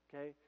Okay